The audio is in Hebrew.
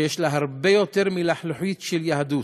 שיש לה הרבה יותר מלחלוחית של יהדות.